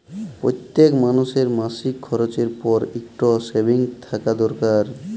প্যইত্তেক মালুসের মাসিক খরচের পর ইকট সেভিংস থ্যাকা দরকার